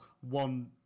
one